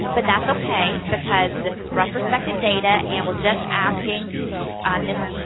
but that's okay, because this is retrospective data, and we're just asking um mrs.